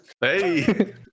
hey